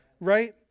right